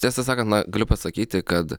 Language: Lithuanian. tiesą sakant na galiu pasakyti kad